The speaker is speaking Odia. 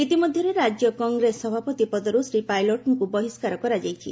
ଇତିମଧ୍ୟରେ ରାଜ୍ୟ କଂଗ୍ରେସ ସଭାପତି ପଦରୁ ଶ୍ରୀ ପାଇଲଟଙ୍କୁ ବହିଷ୍କାର କରାଯାଇଛି